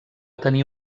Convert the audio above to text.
tenir